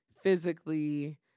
physically